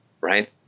right